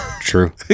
true